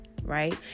right